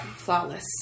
Flawless